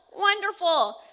Wonderful